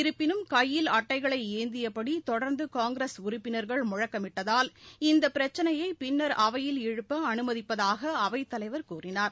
இருப்பினும் கையில் அட்டைகளைஏந்தியபடிதொடர்ந்துகாங்கிரஸ் உறுப்பினர்கள் முழக்கமிட்டதால் இந்தபிரச்சினையைபின்னர் அவையில் எழுப்பஅனுமதிப்பதாகஅவைத்தலைவர் கூறினார்